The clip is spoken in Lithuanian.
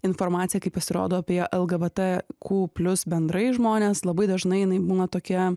informacija kai pasirodo apie lgbtq plius bendrai žmones labai dažnai jinai būna tokia